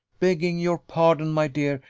begging your pardon, my dear,